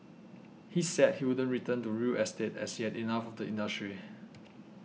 he said he wouldn't return to real estate as he had enough of the industry